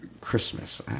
Christmas